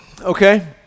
okay